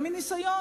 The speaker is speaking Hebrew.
ומניסיון,